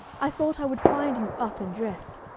i thought i would find you up and dressed.